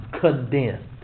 Condemned